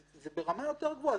זה ברמה יותר גבוהה.